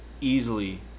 easily